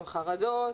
עם חרדות,